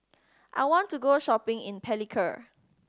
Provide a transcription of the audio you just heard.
I want to go shopping in Palikir